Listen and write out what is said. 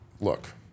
look